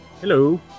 hello